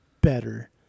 better